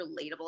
relatable